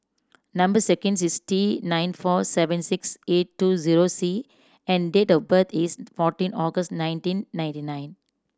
number sequence is T nine four seven six eight two zero C and date of birth is fourteen August nineteen ninety nine